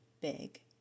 big